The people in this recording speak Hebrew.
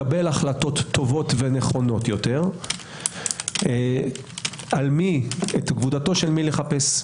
לקבל החלטות טובות ונכונות יותר את כבודתו של מי לחפש.